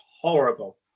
horrible